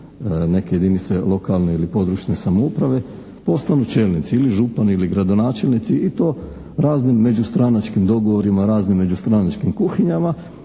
neke jedinice lokalne ili područne samouprave postanu čelnici ili župani ili gradonačelnici i to raznim međustranačkim dogovorima, raznim međustranačkim kuhinjama